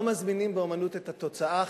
לא מזמינים באמנות את התוצאה,